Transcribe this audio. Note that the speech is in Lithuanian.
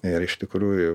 ir iš tikrųjų